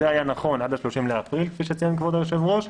זה היה נכון עד ה-30 באפריל כפי שציין כבוד היושב-ראש,